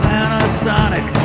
Panasonic